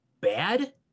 bad